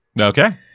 Okay